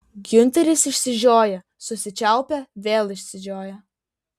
giunteris išsižioja susičiaupia vėl išsižioja